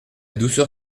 douceur